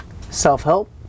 Self-help